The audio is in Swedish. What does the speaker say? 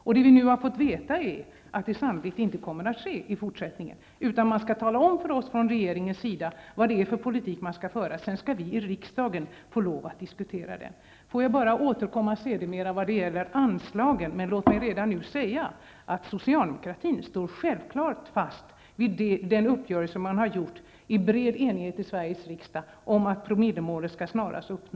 Det som vi nu har fått veta är att det sannolikt inte kommer att ske i fortsättningen, utan att man från regeringens sida skall tala om för oss vilken politik den skall föra. Sedan skall vi i riksdagen få lov att diskutera den. Jag skall sedermera återkomma till anslagen, men låt mig redan nu säga att socialdemokratin självfallet står fast vid den uppgörelse som man i bred enighet i Sveriges riksdag har träffat om att promillemålet snarast skall uppnås.